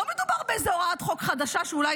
לא מדובר באיזה הוראת חוק חדשה שאולי